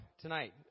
tonight